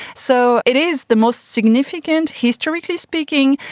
so it is the most significant, historically speaking,